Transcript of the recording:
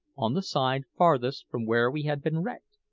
on the side farthest from where we had been wrecked,